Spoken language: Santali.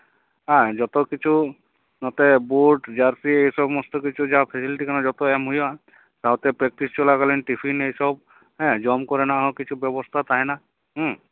ᱦᱮᱸ ᱡᱚᱛᱚ ᱠᱤᱪᱷᱩ ᱱᱚᱛᱮ ᱵᱩᱴ ᱡᱟᱨᱥᱤ ᱮᱥᱚᱢᱚᱥᱛᱚ ᱠᱤᱪᱷᱩ ᱡᱟᱦᱟᱸ ᱯᱷᱮᱥᱮᱞᱤᱴᱤ ᱠᱟᱱᱟ ᱡᱚᱛᱚ ᱮᱢ ᱦᱩᱭᱩᱜᱼᱟ ᱥᱟᱶᱛᱮ ᱯᱨᱮᱠᱴᱤᱥ ᱪᱚᱞᱟᱠᱟᱞᱤᱱ ᱴᱤᱯᱷᱤᱱ ᱮᱭᱥᱚᱵ ᱦᱮᱸ ᱡᱚᱢ ᱠᱚᱨᱮᱱᱟᱜ ᱦᱚᱸ ᱠᱤᱪᱷᱩ ᱵᱮᱵᱚᱥᱛᱟ ᱛᱟᱦᱮᱸᱱᱟ ᱦᱩᱸ